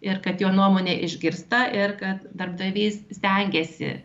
ir kad jo nuomonė išgirsta ir kad darbdavys stengiasi